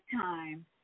time